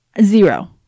Zero